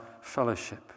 fellowship